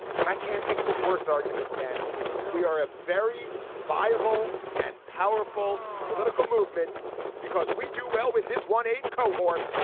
and i can't think of a worse argument than we are a very viable and powerful political movement because we do well with this one age cohort.